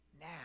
now